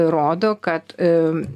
rodo kad